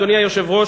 אדוני היושב-ראש,